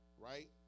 right